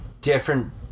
different